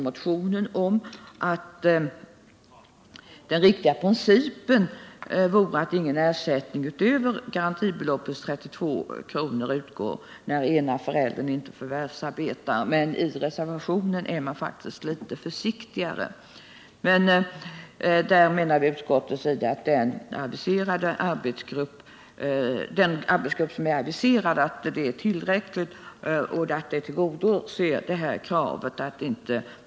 Motionärerna säger att den riktiga principen skulle vara att ingen ersättning utöver garantibeloppets 32 kr. skulle utgå när ena föräldern inte förvärvsarbetar. Men i reservationen är moderaterna faktiskt litet försiktigare. Utskottet menar att den arbetsgrupp som är aviserad är tillräcklig och att detta tillgodoser kravet i motionen.